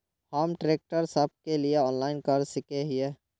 हम ट्रैक्टर सब के लिए ऑनलाइन कर सके हिये?